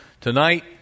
Tonight